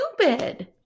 stupid